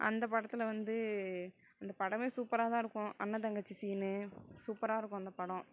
அந்த படத்தில் வந்து அந்த படமே சூப்பராக தான் இருக்கும் அண்ணன் தங்கச்சி சீனு சூப்பராக இருக்கும் அந்த படம்